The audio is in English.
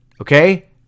Okay